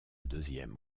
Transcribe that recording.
deuxième